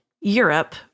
Europe